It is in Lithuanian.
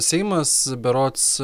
seimas berods